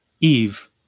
Eve